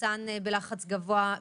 חמצן בלחץ גבוה,